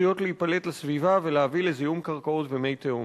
עשויות להיפלט לסביבה ולהביא לזיהום קרקעות ומי תהום.